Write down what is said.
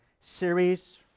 series